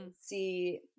see